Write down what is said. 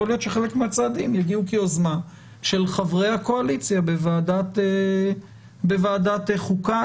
יכול להיות שחלק מהצעדים יגיעו כיוזמה של חברי הקואליציה בוועדת חוקה.